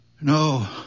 No